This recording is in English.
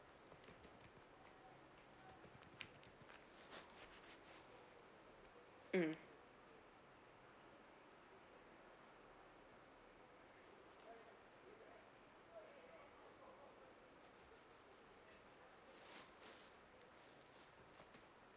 mm